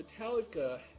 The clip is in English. Metallica